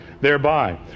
thereby